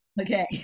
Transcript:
okay